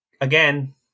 again